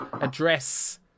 address